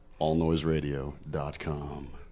AllNoiseRadio.com